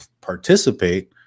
participate